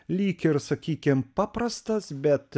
lyg ir sakykim paprastas bet